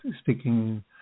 sticking